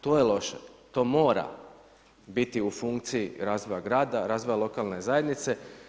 To je loše, to mora biti u funkciji razvoja grada, razvoja lokalne zajednice.